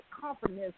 confidence